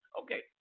Okay